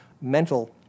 mental